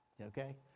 Okay